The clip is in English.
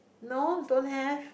no don't have